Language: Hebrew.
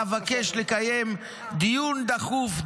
אבקש לקיים דיון דחוף,